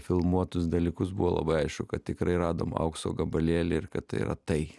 filmuotus dalykus buvo labai aišku kad tikrai radom aukso gabalėlį ir kad yra tai